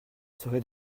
serait